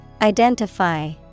Identify